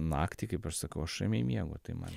naktį kaip aš sakau aš ramiai miegu tai man